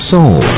Soul